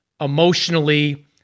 emotionally